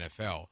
NFL